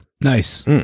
Nice